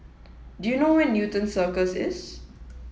do you know where is Newton Cirus